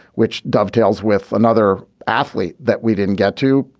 which dovetails with another athlete that we didn't get to.